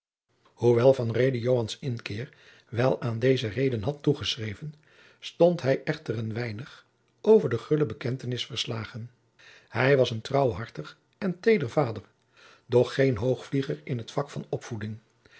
joans inkeer wel aan deze reden had toegeschreven stond hij echter een weinig over de gulle bekentenis verslagen hij was een trouwhartig en teder vader doch geen hoogvlieger in t vak van opvoeding